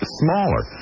smaller